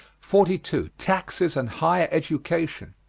forty two. taxes and higher education.